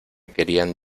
querían